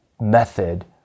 method